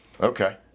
Okay